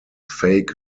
fake